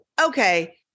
okay